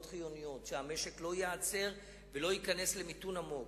חיוניות כדי שהמשק לא ייעצר ולא ייכנס למיתון עמוק.